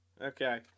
Okay